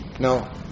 No